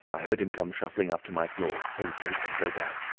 i heard him come shuffling up to my floor, hesitate, and go down.